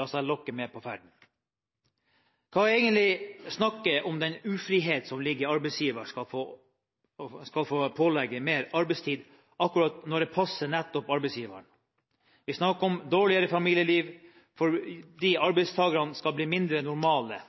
la seg lokke med på ferden. Hva med egentlig å snakke om den ufrihet som ligger i at arbeidsgiver skal få pålegge mer arbeidstid akkurat når det passer nettopp arbeidsgiver? Vi snakker om dårligere familieliv fordi arbeidstakerne skal bli mindre «normale».